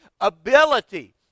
ability